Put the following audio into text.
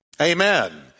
Amen